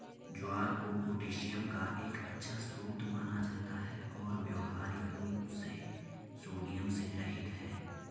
ज्वार को पोटेशियम का एक अच्छा स्रोत माना जाता है और व्यावहारिक रूप से सोडियम से रहित है